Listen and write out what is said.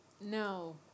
No